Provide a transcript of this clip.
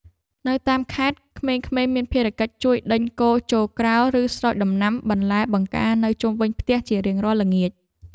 នៅតាមខេត្តក្មេងៗមានភារកិច្ចជួយដេញគោចូលក្រោលឬស្រោចដំណាំបន្លែបង្ការនៅជុំវិញផ្ទះជារៀងរាល់ល្ងាច។